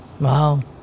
Wow